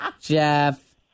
Jeff